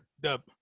Dub